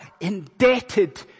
indebted